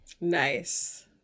Nice